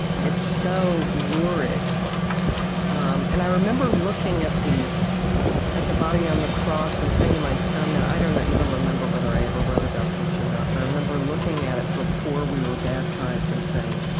and so lurid um and i remember looking at the at the body on the cross and saying to my son that i don't even remember whether i ever wrote about this or not. but i remember looking at it before we were baptized and saying,